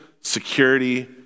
security